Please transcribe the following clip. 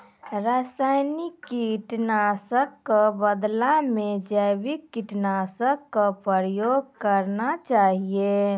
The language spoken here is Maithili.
रासायनिक कीट नाशक कॅ बदला मॅ जैविक कीटनाशक कॅ प्रयोग करना चाहियो